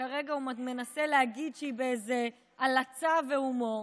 כרגע הוא מנסה להגיד שהיא בהלצה והומור,